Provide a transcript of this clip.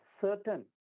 certain